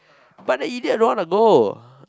but that idiot don't want to go